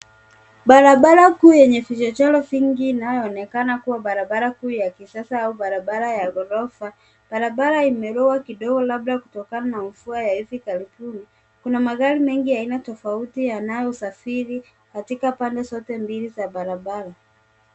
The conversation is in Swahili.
Barabara kuu yenye vichochoro vingi inayoonekana kuwa barabara kuu ya kisasa au barabara ya ghorofa. Barabara imeloa kidogo labda kutoka na mvua ya hivi karibuni. Kuna magari mengi ya aina tofauti yanayosafiri katika pande zote mbili za barabara.